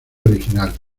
original